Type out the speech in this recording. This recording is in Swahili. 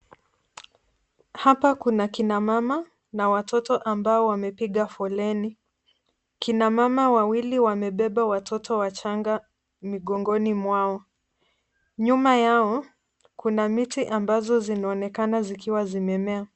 Hapa kuna kina mama na watoto ambao wamepiga foleni. Kina mama wawili wamebeba watoto wachanga migongoni mwao. Nyuma yao kuna miti ambazo zinaonekana zikiwa zimemea.